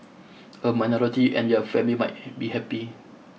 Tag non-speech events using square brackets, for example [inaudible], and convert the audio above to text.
a minority and their family might [hesitation] be happy